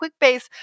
QuickBase